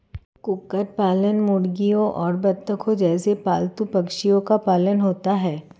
कुक्कुट पालन मुर्गियों और बत्तखों जैसे पालतू पक्षियों का पालन होता है